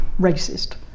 racist